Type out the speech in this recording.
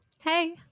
Hey